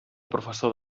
professor